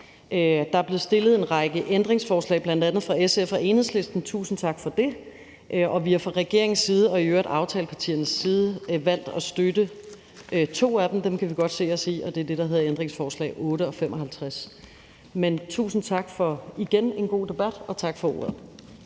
der er blevet stillet en række ændringsforslag fra bl.a. SF og Enhedslisten. Tusind tak for det. Vi har fra regeringens og i øvrigt aftalepartiernes side valgt at støtte to af dem. Dem kan vi godt se os i. Det er dem, der hedder ændringsforslag nr. 8 og nr. 55. Tusind tak for en god debat igen, og tak for ordet.